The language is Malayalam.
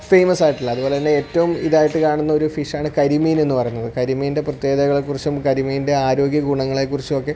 ഫേമസ് ആയിട്ടുള്ള അതുപോലെ തന്നെ ഏറ്റവും ഇതായിട്ട് കാണുന്ന ഒരു ഫിഷ് ആണ് കരിമീനെന്ന് പറയുന്നത് കരിമീൻ്റെ പ്രത്യേകതകളെ കുറിച്ചും കരിമീൻ്റെ ആരോഗ്യഗുണങ്ങളെ കുറിച്ചും ഒക്കെ